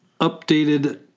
Updated